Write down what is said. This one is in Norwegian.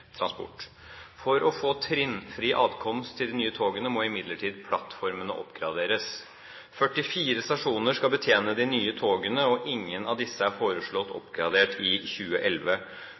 For å få trinnfri adkomst til de nye togene må imidlertid plattformene oppgraderes. 44 stasjoner skal betjene de nye togene, og ingen av disse er foreslått oppgradert i 2011.